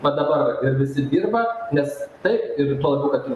va dabar ir visi dirba nes taip ir paduotu